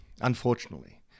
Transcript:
unfortunately